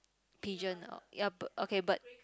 pigeon ah ya b~ okay bird